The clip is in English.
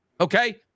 okay